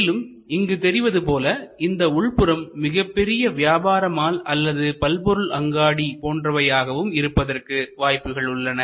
மேலும் இங்கு தெரிவது போல இந்த உள்புறம் மிகப்பெரிய வியாபாரம் மால் அல்லது பல்பொருள் அங்காடி போன்றவையாகவும் இருப்பதற்கு வாய்ப்புகள் உள்ளன